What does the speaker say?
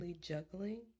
juggling